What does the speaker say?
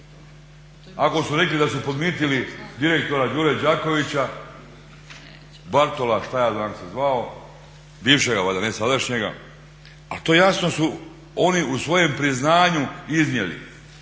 Ako su rekli da su podmitili direktora Đure Đakovića Bartola šta ja znam kako se zvao, bivšega valjda, ne sadašnjega, ali to jasno su oni u svojem priznanju iznijeli.